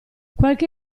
qualche